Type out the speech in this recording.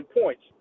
points